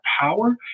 power